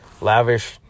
lavish